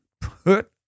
Put